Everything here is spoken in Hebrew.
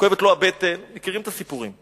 כואבת לו הבטן, מכירים את הסיפורים.